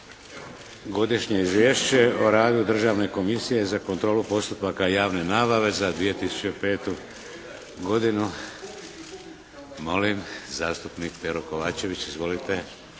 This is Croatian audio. se Izvješće o radu Državne komisije za kontrolu postupka javne nabave za 2005. godinu. Molim uključimo se. Možemo glasovati.